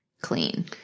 clean